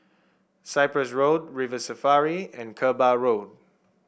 Cyprus Road River Safari and Kerbau Road